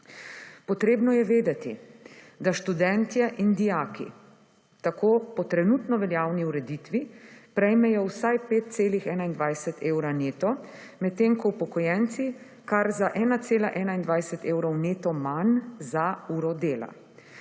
Potrebno je vedeti, da študentje in dijaki tako po trenutno veljavni ureditvi prejmejo vsaj 5,21 evra neto, med tem, ko upokojenci kar za 1,21 evrov neto manj za uro dela.